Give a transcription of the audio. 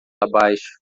abaixo